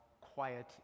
quiet